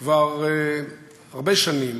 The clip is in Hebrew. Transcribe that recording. כבר הרבה שנים,